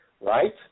right